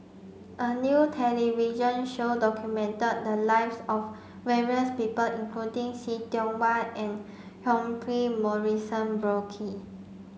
a new television show documented the lives of various people including See Tiong Wah and Humphrey Morrison Burkill